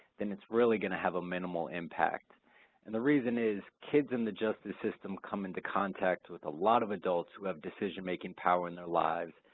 then it's really gonna have a minimal impact and the reason is kids in the justice system come into contact with a lot of adults who have decision-making power in their lives,